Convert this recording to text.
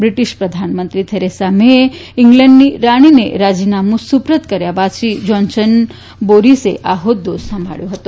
British પ્રધાનમંત્રી Theresa મેએ ઈંગ્લેન્ડની રાણીને રાજીનામું સુપ્રત કર્યા બાદ શ્રી જાન્શન બોરીસે આ હોદ્દો સંભાબ્યો હતો